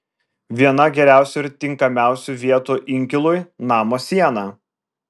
viena geriausių ir tinkamiausių vietų inkilui namo siena